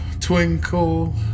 twinkle